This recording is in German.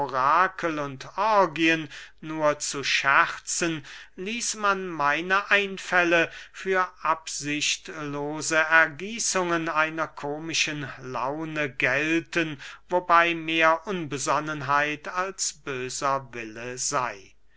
orakel und orgyen nur zu scherzen ließ man meine einfälle für absichtlose ergießungen einer komischen laune gelten wobey mehr unbesonnenheit als böser wille sey